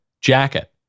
jacket